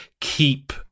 keep